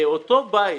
באותו בית